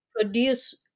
Produce